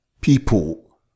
people